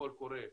קול קורא חדש,